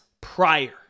prior